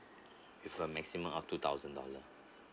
with a maximum of two thousand dollar